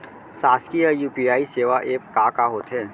शासकीय यू.पी.आई सेवा एप का का होथे?